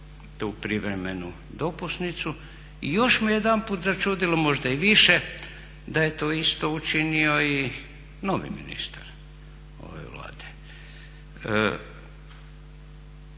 tu privremenu dopusnicu i još me jedanput začudilo možda i više da je to isto učinio i novi ministar ove Vlade.